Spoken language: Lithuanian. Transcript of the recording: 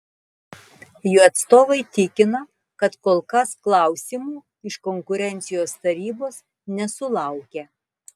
jų atstovai tikina kad kol kas klausimų iš konkurencijos tarybos nesulaukė